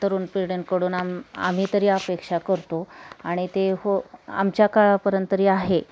तरुण पिढ्यांकडून आम् आम्ही तरी अपेक्षा करतो आणि ते हो आमच्या काळापर्यंत तरी आहे